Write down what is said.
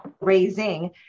raising